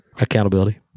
Accountability